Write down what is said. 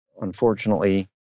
unfortunately